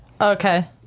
Okay